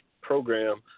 program